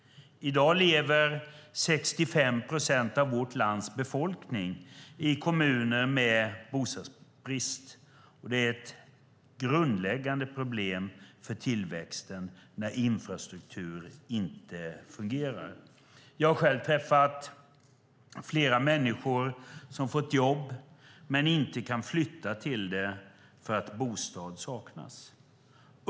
I dag lever 65 procent av vårt lands befolkning i kommuner med bostadsbrist. Det är ett grundläggande problem för tillväxten när infrastrukturen inte fungerar. Jag har själv träffat flera människor som har fått jobb men inte kan flytta till det för att bostad saknas.